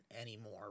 anymore